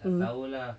hmm